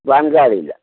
pan card ഇല്ല